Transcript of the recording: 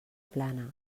plana